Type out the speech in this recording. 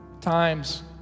times